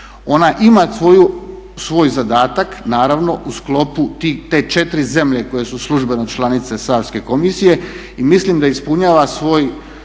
Ona ima svoj zadatak naravno u sklopu te četiri zemlje koje su službeno članice Savske komisije i mislim da ispunjava svoju